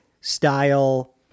style